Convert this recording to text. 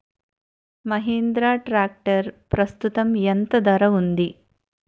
Mahindra tractor ప్రస్తుతం ఎంత ధర ఉంది?